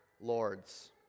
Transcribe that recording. Lords